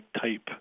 type